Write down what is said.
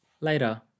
Later